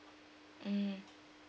mm